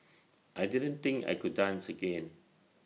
I didn't think I could dance again